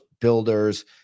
builders